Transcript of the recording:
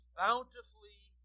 bountifully